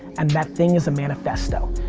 and that thing is a manifesto.